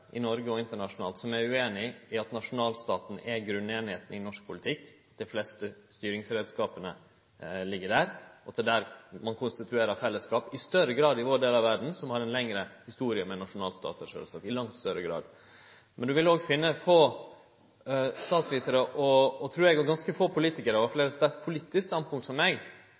i Noreg og internasjonalt som er ueinige i at nasjonalstaten er grunneininga i norsk politikk. Dei fleste styringsreiskapane ligg der, og det er der ein konstituerer fellesskap, i langt større grad i vår del av verda, som har ei lengre historie med nasjonalstatar, sjølvsagt. Men ein vil finne få statsvitarar og, trur eg, ganske få politikarar – for dette er eit politisk standpunkt for meg – som